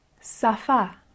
Safa